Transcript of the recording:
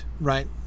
right